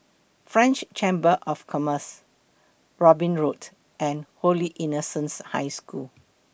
French Chamber of Commerce Robin Road and Holy Innocents' High School